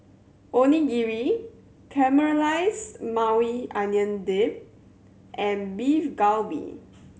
Onigiri Caramelized Maui Onion Dip and Beef Galbi